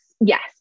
yes